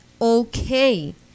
okay